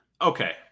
Okay